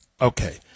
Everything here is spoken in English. okay